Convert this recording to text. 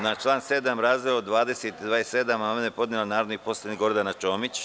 Na član 7. razdeo 20 i 27 amandman je podneo narodni poslanik Gordana Čomić.